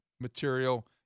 material